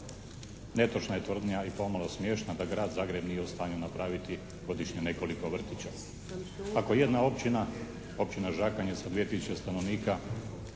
Netočna je tvrdnja i pomalo smiješna da Grad Zagreb nije u stanju napraviti godišnje nekoliko vrtića. Ako jedna općina, općina Žakanj je sa 2000 stanovnika